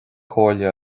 comhairle